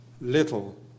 little